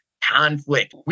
conflict